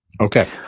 Okay